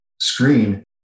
screen